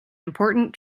important